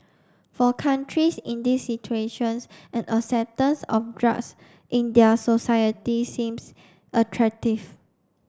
for countries in these situations an acceptance of drugs in their societies seems attractive